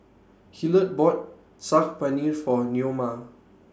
Hillard bought Saag Paneer For Neoma